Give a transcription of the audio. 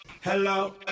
Hello